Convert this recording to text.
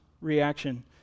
reaction